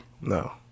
No